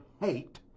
hate